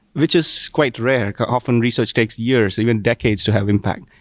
which is quite rare. often, research takes years, even decades to have impact.